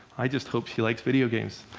i just hope she likes video games.